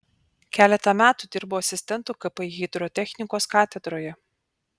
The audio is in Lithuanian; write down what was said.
keletą metų dirbo asistentu kpi hidrotechnikos katedroje